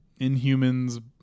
Inhumans